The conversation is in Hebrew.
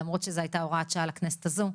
למרות שזו הייתה הוראת שעה לכנסת הזו,